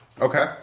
Okay